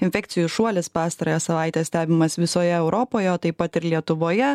infekcijų šuolis pastarąją savaitę stebimas visoje europoje o taip pat ir lietuvoje